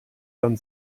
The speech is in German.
dann